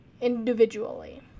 individually